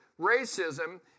Racism